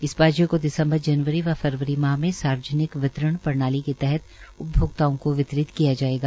इस बाजरे को दिसंबर जनवरी व फरवरी माह में सार्वजनिक वितरण प्रणाली के तहत उपभोक्ताओं को वितरित किया जाएगा